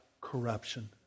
corruption